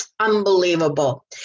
Unbelievable